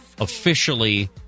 officially